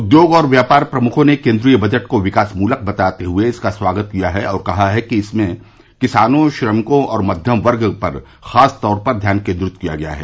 उद्योग और व्यापार प्रमुखों ने केन्द्रीय बजट को विकास मूलक बताते हुए इसका स्वागत किया है और कहा है कि इसमें किसानों श्रमिकों और मध्यम वर्ग पर खासतौर पर ध्यान केन्द्रित किया गया है